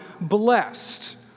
blessed